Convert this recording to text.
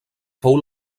fou